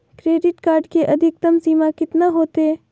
Credit card के अधिकतम सीमा कितना होते?